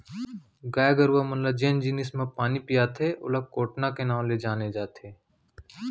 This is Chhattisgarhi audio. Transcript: गाय गरूवा मन ल जेन जिनिस म पानी पियाथें ओला कोटना के नांव ले जाने जाथे